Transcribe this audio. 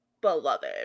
beloved